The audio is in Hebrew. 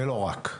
ולא רק.